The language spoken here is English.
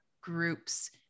groups